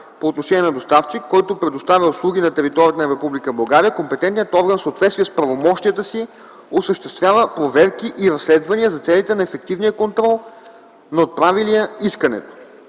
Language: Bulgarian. по отношение на доставчик, който предоставя услуги на територията на Република България, компетентният орган в съответствие с правомощията си осъществява проверки и разследвания за целите на ефективния контрол на отправилия искането.